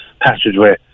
passageway